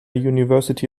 university